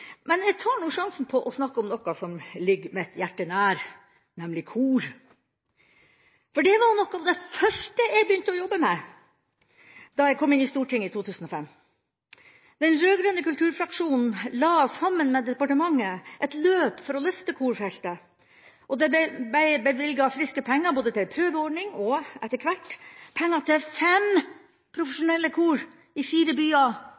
men jeg tar sjansen på å snakke om noe som ligger mitt hjerte nær, nemlig kor. Det var noe av det første jeg begynte å jobbe med da jeg kom inn på Stortinget i 2005. Den rød-grønne kulturfraksjonen la, sammen med departementet, et løp for å løfte korfeltet, og det ble bevilget friske penger både til en prøveordning og etter hvert penger til fem profesjonelle kor i fire byer